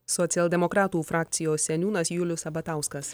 socialdemokratų frakcijos seniūnas julius sabatauskas